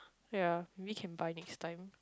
ya maybe can buy next time